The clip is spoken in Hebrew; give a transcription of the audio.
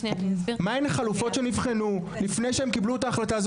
מהן החלופות שנבחנו לפני שהם קיבלו את ההחלטה?